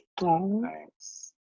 Thanks